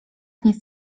nic